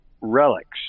relics